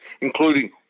including